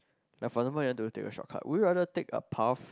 like furthermore you want to take a shortcut would you rather take a path